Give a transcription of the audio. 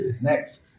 Next